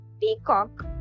peacock